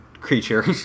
creature